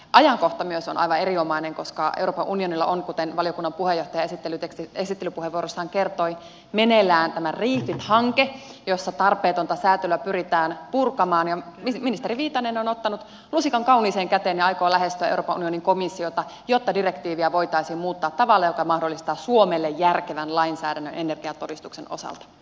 ajankohta myös on aivan erinomainen koska euroopan unionilla on kuten valiokunnan puheenjohtaja esittelypuheenvuorossaan kertoi meneillään tämä refit hanke jossa tarpeetonta säätelyä pyritään purkamaan ja ministeri viitanen on ottanut lusikan kauniiseen käteen ja aikoo lähestyä euroopan unionin komissiota jotta direktiiviä voitaisiin muuttaa tavalla joka mahdollistaa suomelle järkevän lainsäädännön energiatodistuksen osalta